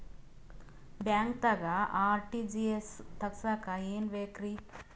ಬ್ಯಾಂಕ್ದಾಗ ಆರ್.ಟಿ.ಜಿ.ಎಸ್ ತಗ್ಸಾಕ್ ಏನೇನ್ ಬೇಕ್ರಿ?